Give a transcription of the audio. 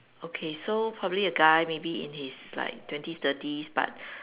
okay so probably a guy maybe in his like twenties thirties but